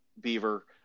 Beaver